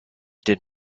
did